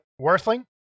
Worthling